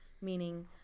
meaning